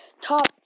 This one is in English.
top